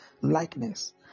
likeness